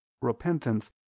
repentance